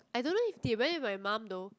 I don't know if they went with my mum though